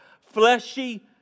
fleshy